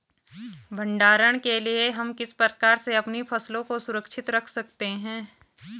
भंडारण के लिए हम किस प्रकार से अपनी फसलों को सुरक्षित रख सकते हैं?